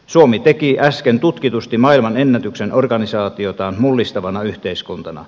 suomi teki äsken tutkitusti maailmanennätyksen organisaatiotaan mullistavana yhteiskuntana